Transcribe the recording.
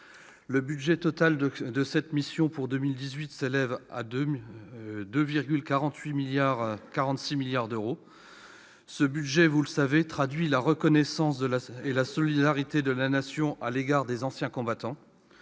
Le budget total de cette mission, pour 2018, s'élève à 2,46 milliards d'euros. Ce budget, vous le savez, traduit la reconnaissance et la solidarité de la Nation à l'égard des anciens combattants.